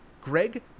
Greg